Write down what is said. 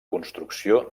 construcció